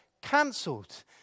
cancelled